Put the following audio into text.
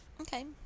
Okay